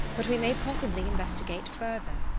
but we may possibly investigate further.